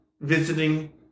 visiting